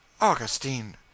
Augustine